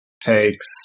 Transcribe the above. Takes